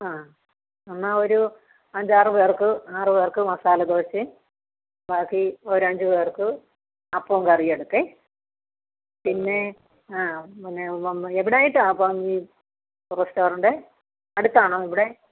ആ എന്നാൽ ഒരു അഞ്ചാറു പേർക്ക് ആറു പേർക്ക് മസാല ദോശയും ബാക്കി ഒരു അഞ്ചു പേർക്ക് അപ്പവും കറിയും എടുക്കെ പിന്നെ പിന്നെ എവിടെ ആയിട്ടാ അപ്പോൾ ഈ റെസ്റ്റോറന്റ് ഏ അടുത്താണോ ഇവിടെ